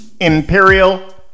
Imperial